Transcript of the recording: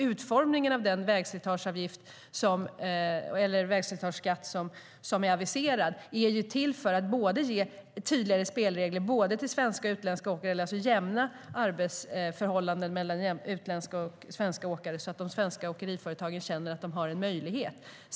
Utformningen av den vägslitageskatt som är aviserad är till för att ge tydligare spelregler till både svenska och utländska åkare, alltså att jämna ut arbetsförhållandena mellan utländska och svenska åkare så att de svenska åkeriföretagen känner att de har en möjlighet.